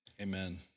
amen